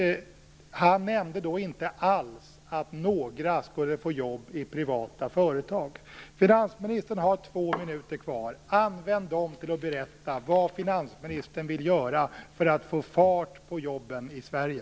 Han nämnde nämligen inte alls att några skulle få jobb i privata företag. Finansministern har två minuters taletid kvar. Använd dem till att berätta vad han vill göra för att få fart på jobben i Sverige!